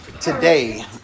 today